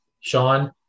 sean